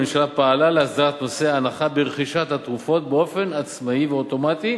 הממשלה פעלה להסדרת נושא ההנחה ברכישת התרופות באופן עצמאי ואוטומטי,